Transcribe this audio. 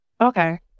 Okay